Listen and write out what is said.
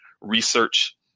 research